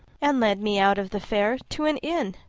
and led me out of the fair to an inn,